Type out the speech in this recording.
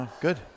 Good